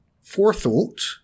forethought